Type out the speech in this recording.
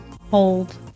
Hold